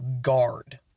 guard